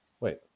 wait